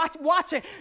watching